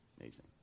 Amazing